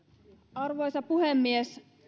arvoisa puhemies